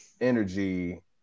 energy